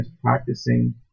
practicing